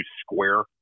square